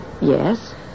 Yes